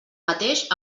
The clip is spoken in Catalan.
mateix